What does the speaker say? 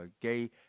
gay